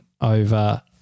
over